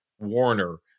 Warner